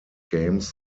games